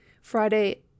Friday